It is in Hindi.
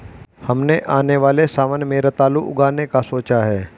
हमने आने वाले सावन में रतालू उगाने का सोचा है